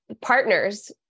Partners